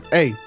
Hey